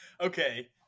Okay